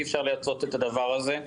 אי אפשר לעשות את הדבר הזה.